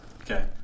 Okay